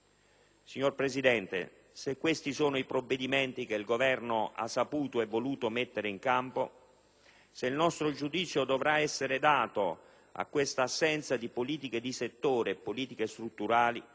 Signor Presidente, se questi sono i provvedimenti che il Governo ha saputo e voluto mettere in campo, se il nostro giudizio dovrà essere dato a questa assenza di politiche di settore e politiche strutturali,